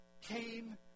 came